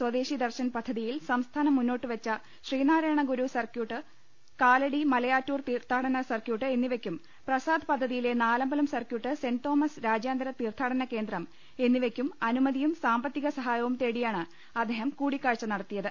സ്വദേശി ദർശൻ പദ്ധതിയിൽ സംസ്ഥാനം മുന്നോട്ട് വെച്ച ശ്രീനാരായണ ഗുരു സർക്യൂട്ട് കാലടി മലയാറ്റൂർ തീർത്ഥാടന സർക്ക്യൂട്ട് എന്നി വയ്ക്കും പ്രസാദ് പദ്ധതിയിലെ നാലമ്പലം സർക്യൂട്ട് സെന്റ് തോമസ് രാജ്യാന്തര തീർത്ഥാടന കേന്ദ്രം എന്നിവയ്ക്കും അനു മതിയും സാമ്പത്തിക സഹായവും തേടിയാണ് അദ്ദേഹം കൂടി ക്കാഴ്ച്ച നടത്തിയത്